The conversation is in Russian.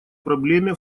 проблеме